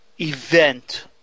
event